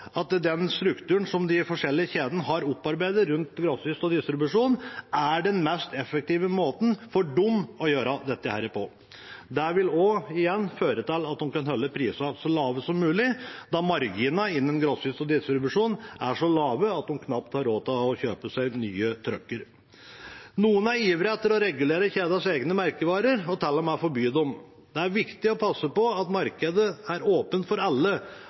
at den strukturen som de forskjellige kjedene har opparbeidet rundt grossist og distribusjon, er den mest effektive måten for dem å gjøre dette på. Det vil også igjen føre til at de kan holde prisene så lave som mulig, da marginene innenfor grossist og distribusjon er så lave at de knapt har råd til å kjøpe seg nye trucker. Noen er ivrige etter å regulere kjedenes egne merkevarer og til og med forby dem. Det er viktig å passe på at markedet er åpent for alle.